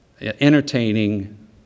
entertaining